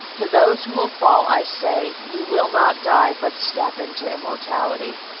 to those who will fall i say, you will not die but step into immortality.